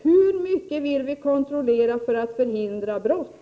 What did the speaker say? Hur mycket vill vi kontrollera för att förhindra brott?